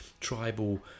tribal